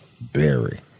Berry